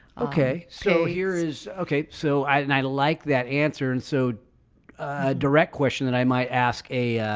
okay, so here is okay, so i and i like that answer. and so a direct question that i might ask a